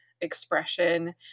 expression